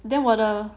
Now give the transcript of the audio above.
then 我的